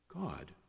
God